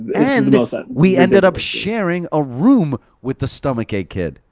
and we ended up sharing a room with the stomach ache kid.